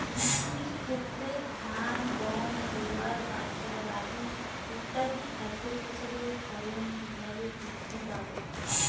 কৃষির ক্ষেত্রে ধান গম জোয়ার বাজরা রাগি ইত্যাদি খাদ্য ফসলের ফলন কীভাবে বৃদ্ধি পাবে?